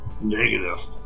Negative